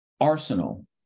arsenal